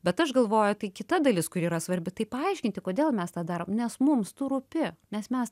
bet aš galvoju tai kita dalis kuri yra svarbi tai paaiškinti kodėl mes tą darom nes mums tu rūpi nes mes